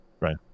Right